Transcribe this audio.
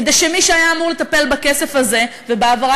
כדי שמי שהיה אמור לטפל בכסף הזה ובהעברה